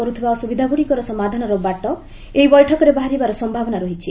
କରୁଥିବା ଅସୁବିଧାଗୁଡ଼ିକର ସମାଧାନର ବାଟ ଏହି ବୈଠକରେ ବାହାରିବାର ସମ୍ଭାବନା ରହିଛି